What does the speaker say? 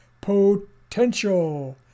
potential